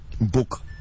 book